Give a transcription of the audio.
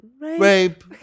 rape